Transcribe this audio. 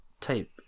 type